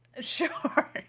Sure